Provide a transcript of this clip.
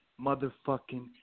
motherfucking